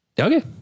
Okay